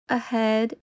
ahead